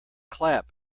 clap